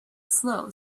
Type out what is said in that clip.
slow